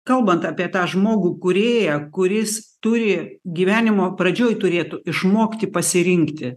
kalbant apie tą žmogų kūrėją kuris turi gyvenimo pradžioj turėtų išmokti pasirinkti